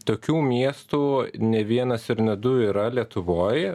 tokių miestų ne vienas ir ne du yra lietuvoj